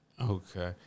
Okay